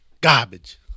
Garbage